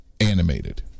animated